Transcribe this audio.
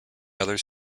others